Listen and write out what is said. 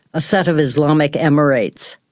a set of islamic emirates,